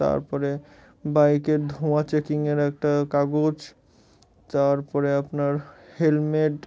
তারপরে বাইকের ধোঁয়া চেকিংয়ের একটা কাগজ তারপরে আপনার হেলমেট